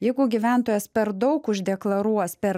jeigu gyventojas per daug uždeklaruos per